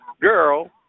girl